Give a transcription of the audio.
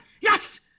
yes